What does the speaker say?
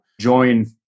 join